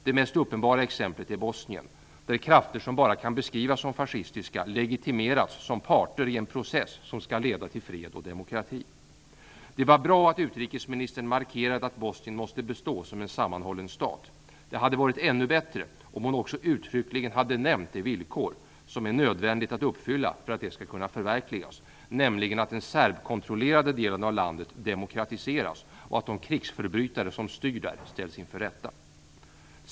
Det mest uppenbara exemplet är Bosnien, där krafter som bara kan beskrivas som fascistiska legitimerats som parter i en process som skall leda till fred och demokrati. Det var bra att utrikesministern markerade att Bosnien måste bestå som en sammanhållen stat. Det hade varit ännu bättre om hon också uttryckligen hade nämnt det villkor som är nödvändigt att uppfylla för att det skall kunna förverkligas, nämligen att den serbkontrollerade delen av landet demokratiseras och att de krigsförbrytare som styr där ställs inför rätta.